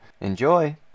Enjoy